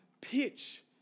pitch